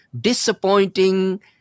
disappointing